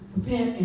Prepare